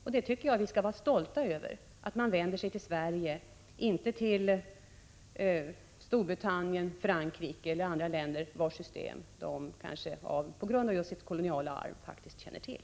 Jag tycker att vi skall vara stolta över att man i Zimbabwe vänder sig till Sverige och inte till Storbritannien, Frankrike eller andra länder, vilkas system man kanske på grund av sitt kolonialarv faktiskt känner till.